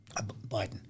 Biden